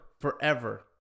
Forever